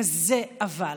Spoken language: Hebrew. כזה אבל,